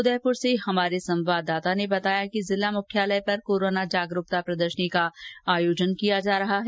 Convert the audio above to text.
उदयपुर से हमारे संवाददाता ने बताया कि जिला मुख्यालय पर कोरोना जागरूकता प्रदर्शनी का आयोजन किया जा रहा है